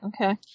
okay